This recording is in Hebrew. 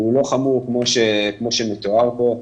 הוא לא חמור כמו שמתואר פה.